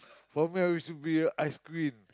for me I wish to be a ice-cream